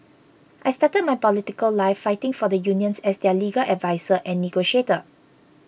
I started my political life fighting for the unions as their legal adviser and negotiator